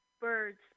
birds